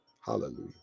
Hallelujah